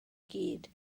gyd